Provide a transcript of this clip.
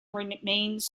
remains